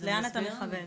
למה אתה מכוון?